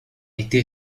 été